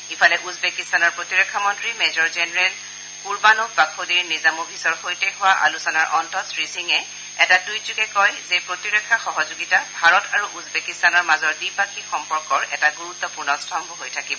ইফালে উজবেকিস্তানৰ প্ৰতিৰক্ষা মন্ত্ৰী মেজৰ জেনেৰেল কুৰ্বানোভ বাখোদিৰ নিজামভিচৰ সৈতে হোৱা আলোচনাৰ অন্তত শ্ৰীসিঙে এটা টুইটযোগে কয় যে প্ৰতিৰক্ষা সহযোগিতা ভাৰত আৰু উজবেকিস্তানৰ মাজৰ দ্বিপাক্ষিক সম্পৰ্কৰ এটা গুৰুত্পূৰ্ণ স্তম্ভ হৈ থাকিব